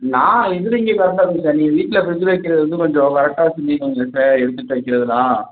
நான் இதில் இங்கே சார் நீங்கள் வீட்டில் ஃப்ரிட்ஜில் வைக்கிறது வந்து கொஞ்சம் கரெக்டாக எடுத்துகிட்டு வைக்கிறதெல்லாம்